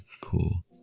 cool